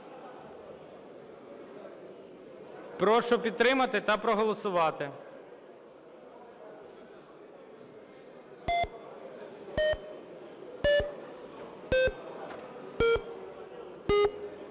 Прошу підтримати та проголосувати.